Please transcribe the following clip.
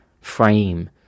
frame